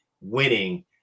winning